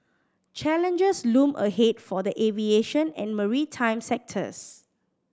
challenges loom ahead for the aviation and maritime sectors